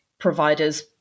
providers